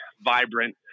vibrant